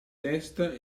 testa